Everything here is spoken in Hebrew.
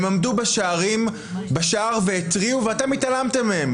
הם עמדו בשער והתריעו, ואתם התעלמתם מהם.